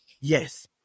Yes